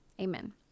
Amen